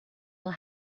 will